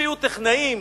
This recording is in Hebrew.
שיהיו טכנאים,